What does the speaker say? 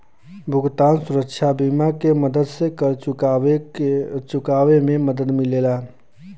भुगतान सुरक्षा बीमा के मदद से कर्ज़ चुकावे में मदद मिलेला